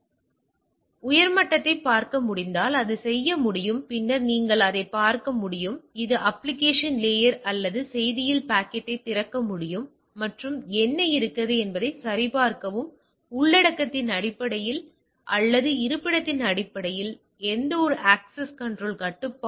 proxy உள்ளடக்கத்தை உயர் மட்டத்தில் பார்க்க முடிந்தால் அது செய்ய முடியும் பின்னர் நீங்கள் அதைப் பார்க்க முடியும் இது அப்ப்ளிகேஷன் லேயர் அல்லது செய்தியில் பாக்கெட்டைத் திறக்க முடியும் மற்றும் என்ன இருக்கிறது என்பதை சரிபார்க்கவும் உள்ளடக்கத்தின் அடிப்படையில் அல்லது இருப்பிடத்தின் அடிப்படையில் எந்தவொரு அக்சஸ் கண்ட்ரோல் கட்டுப்பாடும்